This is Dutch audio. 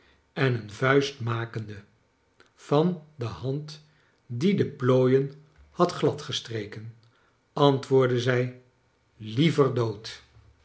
en een vuist makende van do hand die de plooien had gladcharles dickens gestreken antwoordde zij liever dood